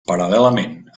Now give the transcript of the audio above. paral·lelament